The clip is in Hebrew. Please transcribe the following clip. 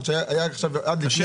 לאנשים